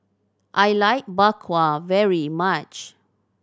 I like Bak Kwa very much